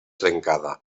trencada